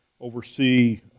oversee